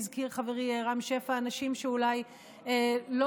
אני מתנצל שאני מפריע